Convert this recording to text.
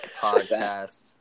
podcast